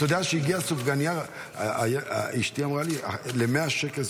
אתה יודע שאשתי אמרה לי שיש סופגנייה שעולה 100 שקל,